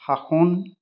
শাসন